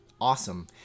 awesome